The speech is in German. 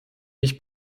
mich